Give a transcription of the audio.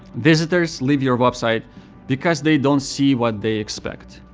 visitors leave your website because they don't see what they expect.